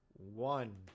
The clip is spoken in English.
one